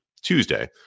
Tuesday